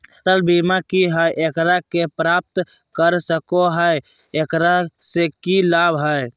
फसल बीमा की है, एकरा के प्राप्त कर सको है, एकरा से की लाभ है?